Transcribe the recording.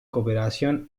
cooperación